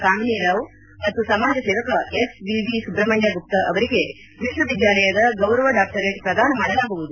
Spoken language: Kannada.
ಕಾಮಿನಿ ರಾವ್ ಮತ್ತು ಸಮಾಜಸೇವಕ S A V Subrahmanya Gupta ಅವರಿಗೆ ವಿಶ್ವವಿದ್ಯಾಲಯದ ಗೌರವ ಡಾಕ್ಟರೇಟ್ ಪ್ರದಾನ ಮಾಡಲಾಗುವುದು